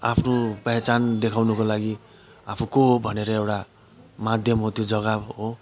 आफ्नो पहिचान देखाउनुको लागि आफू को हो भनेर एउरा माध्यम हो त्यो जग्गा हो